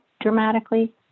dramatically